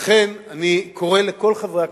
לכן אני קורא לכל חברי הכנסת,